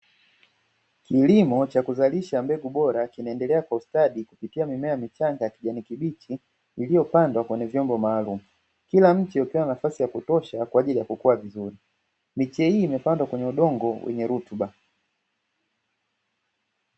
Kilimo cha kuzalisha mbegu bora kinaendelea kwa ustadi kupitia mimea michanga ya kijani kibichi iliyopandwa kwenye vyombo maalumu, kila mche ukiwa na nafasi ya kutosha kwa ajili ya kukua vizuri, miche hii imepandwa kwenye udongo wenye rutuba.